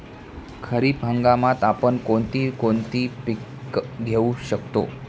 खरीप हंगामात आपण कोणती कोणती पीक घेऊ शकतो?